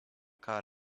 car